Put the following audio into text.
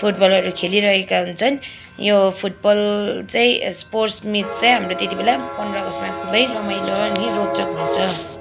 फुटबलहरू खेलिरहेका हुन्छन् यो फुटबल चाहिँ स्पोट्स मिट चाहिँ हाम्रो त्यति बेला पन्ध्र अगस्तमा खुबै रमाइलो र अनि रोचक हुन्छ